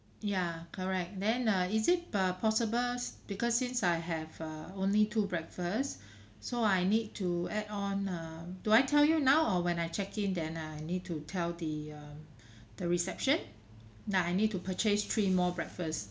ya correct then uh is it uh possible s~ because since I have uh only two breakfast so I need to add on um do I tell you now or when I check in then I need to tell the um the reception nah I need to purchase three more breakfast